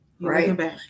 Right